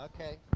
Okay